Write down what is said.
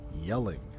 yelling